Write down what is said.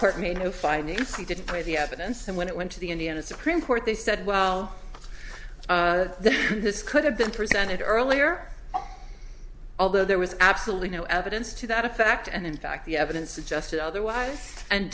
court made no finding if he didn't weigh the evidence and when it went to the indiana supreme court they said well this could have been presented earlier although there was absolutely no evidence to that effect and in fact the evidence suggested otherwise and